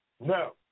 No